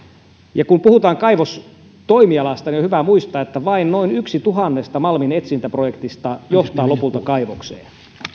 kun puhutaan kaivostoimialasta niin on hyvä muistaa että vain noin yksi tuhannesta malminetsintäprojektista johtaa lopulta kaivokseen